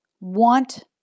want